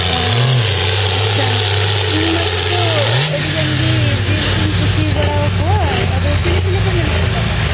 ᱚᱸᱻ ᱟᱪᱪᱷᱟ ᱤᱧ ᱢᱟᱛᱚ ᱟᱹᱰᱤ ᱜᱟᱱ ᱜᱮ ᱡᱤᱭᱟᱹᱞᱤ ᱠᱚᱹᱧ ᱠᱩᱥᱤ ᱵᱟᱲᱟ ᱟᱠᱚᱣᱟ ᱟᱫᱚ ᱪᱤᱞ ᱪᱤᱞᱤ ᱠᱚ ᱢᱮᱱᱮᱜ ᱠᱚᱛᱟᱢᱟ